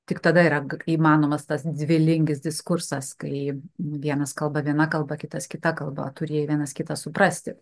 tik tada yra įmanomas tas dvilingis diskursas kai vienas kalba viena kalba kitas kita kalba turi jie vienas kitą suprasti